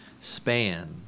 span